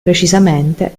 precisamente